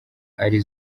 ari